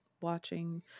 watching